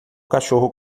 cachorro